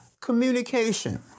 communication